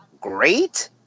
great